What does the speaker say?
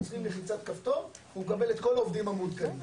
לוחצים בלחיצת כפתור והוא מקבל את כל העובדים המעודכנים.